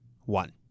one